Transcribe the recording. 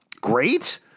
Great